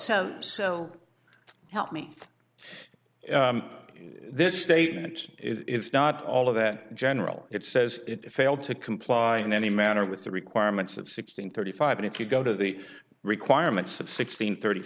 so so help me in this statement it's not all of that general it says it failed to comply in any manner with the requirements of sixteen thirty five and if you go to the requirements of sixteen thirty